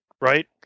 right